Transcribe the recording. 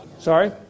Sorry